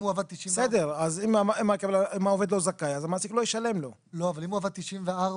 אם הוא עבד תשעים --- בסדר,